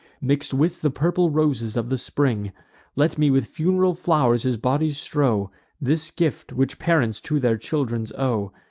mix'd with the purple roses of the spring let me with fun'ral flow'rs his body strow this gift which parents to their children owe,